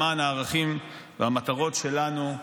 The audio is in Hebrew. למען הערכים והמטרות שלנו,